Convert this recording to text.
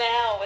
Now